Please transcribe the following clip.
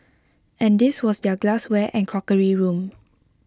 and this was their glassware and crockery room